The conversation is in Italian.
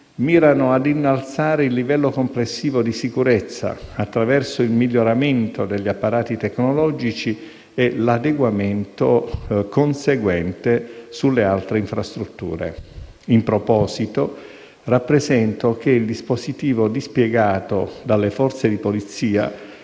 mirano ad innalzare il livello complessivo di sicurezza, attraverso il miglioramento degli apparati tecnologici e l'adeguamento conseguente delle altre infrastrutture. In proposito, rappresento che il dispositivo dispiegato dalle forze di polizia